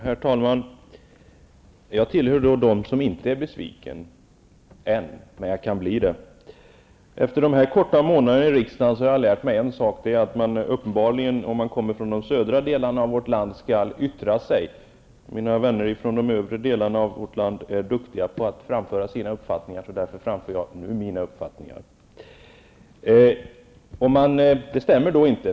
Herr talman! Jag tillhör dem som inte är besvikna -- än. Men jag kan bli det. Efter några få månader i riksdagen har jag lärt mig en sak: Om man kommer från de södra delarna av vårt land, då skall man yttra sig. Mina vänner från de övre delarna av landet är duktiga på att framföra sina uppfattningar, och nu framför jag min uppfattning.